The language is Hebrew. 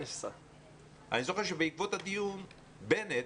אני זוכר שבעקבות הדיון בנט,